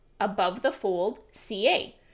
AboveTheFoldCA